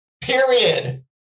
period